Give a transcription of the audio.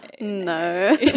No